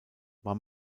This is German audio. war